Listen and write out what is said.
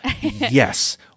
Yes